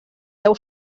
deu